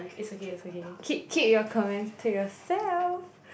it's okay it's okay keep keep our comments to yourself